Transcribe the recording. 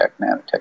nanotech